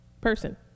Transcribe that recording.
person